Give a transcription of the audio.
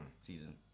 season